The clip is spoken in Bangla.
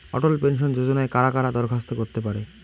অটল পেনশন যোজনায় কারা কারা দরখাস্ত করতে পারে?